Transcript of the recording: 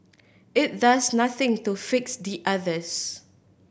it does nothing to fix the others